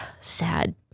sad